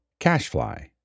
Cashfly